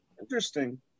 Interesting